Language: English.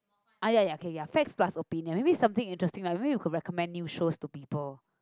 ah ya ya K ya facts plus opinions maybe something interesting maybe we could recommend new shows to people